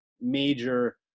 major